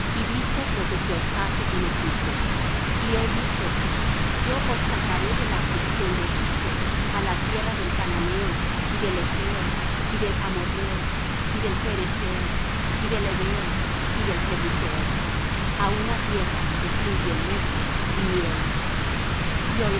y visto lo que se os hace en egipto y he dicho yo os sacaré de la aflicción de egipto á la tierra del cananeo y del hetheo y del amorrheo y del pherezeo y del heveo y del jebuseo á una tierra que fluye leche y miel